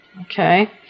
okay